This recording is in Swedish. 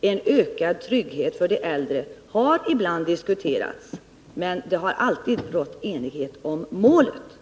en ökad trygghet för de äldre, har ibland diskuterats. Men det har alltid rått enighet om målet.